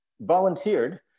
volunteered